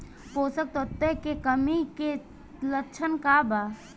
पोषक तत्व के कमी के लक्षण का वा?